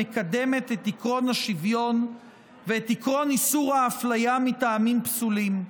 המקדמת את עקרון השוויון ואת עקרון איסור האפליה מטעמים פסולים.